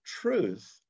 truth